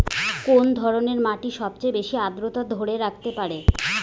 কুন ধরনের মাটি সবচেয়ে বেশি আর্দ্রতা ধরি রাখিবার পারে?